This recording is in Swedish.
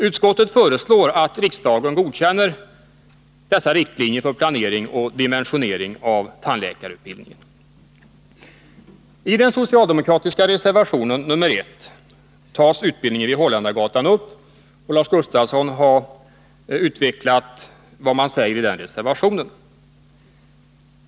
Utskottet föreslår att riksdagen godkänner dessa riktlinjer för planering I den socialdemokratiska reservationen nr 1 tas utbildningen vid Holländargatan upp; Lars Gustafsson har utvecklat vad man säger i denna reservation.